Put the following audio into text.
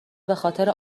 بخاطر